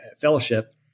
fellowship